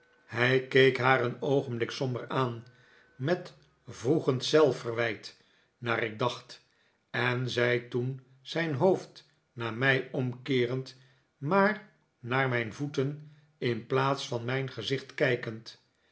hij keek haar een oogenblik somber aan met wroegend zelfverwijt naar ik dacht en zei toen zijn hoofd naar mij omkeerend maar naar mijn voeten in plaats van mijn gezicht kijkend